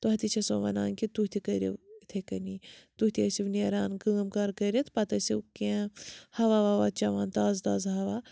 تۄہہِ تہِ چھَسو وَنان کہِ تُہۍ تہِ کٔرِو یِتھَے کَنی تُہۍ تہِ ٲسِو نیران کٲم کار کٔرِتھ پَتہٕ ٲسِو کیٚنٛہہ ہوا وَوا چٮ۪وان تازٕ تازٕ ہوا